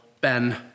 Ben